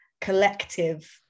collective